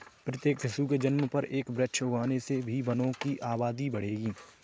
प्रत्येक शिशु के जन्म पर एक वृक्ष लगाने से भी वनों की आबादी बढ़ेगी